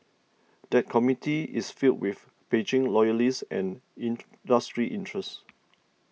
that committee is filled with Beijing loyalists and industry interests